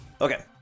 Okay